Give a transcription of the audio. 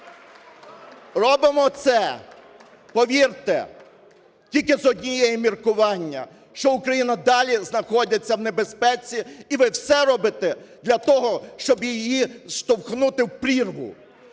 Робимо це, повірте, тільки з одного міркування, що Україна далі знаходиться в небезпеці і ви все робите для того, щоб її штовхнути в прірву.